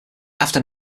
after